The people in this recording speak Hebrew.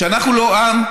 שאנחנו לא עם,